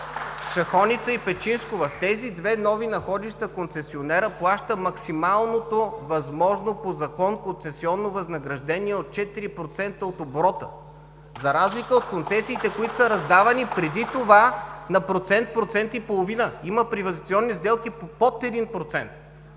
„Шахоница“ и „Печинско“. В тези две нови находища концесионерът плаща максималното възможно по закон концесионно възнаграждение от 4% от оборота за разлика от концесиите, които са раздавани преди това на процент, процент и половина. Има приватизационни сделки по под 1%.